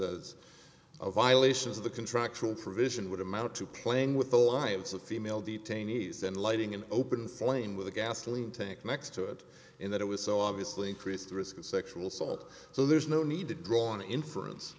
says violations of the contractual provision would amount to playing with the lives of female detainees and lighting an open flame with a gasoline tank next to it in that it was so obviously increased the risk of sexual assault so there's no need to draw an inference